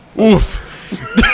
Oof